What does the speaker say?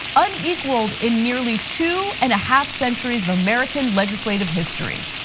unequaled in nearly two and a half centuries of american legislative history.